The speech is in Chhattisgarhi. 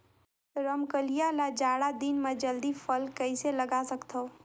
रमकलिया ल जाड़ा दिन म जल्दी फल कइसे लगा सकथव?